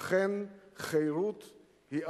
אכן, חירות היא עבדות.